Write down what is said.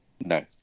No